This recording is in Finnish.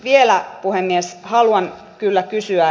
vielä puhemies haluan kyllä kysyä